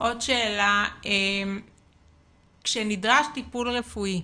עוד שאלה, כשנדרש טיפול רפואי,